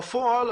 בפועל,